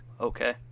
Okay